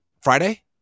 Friday